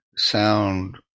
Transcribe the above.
Sound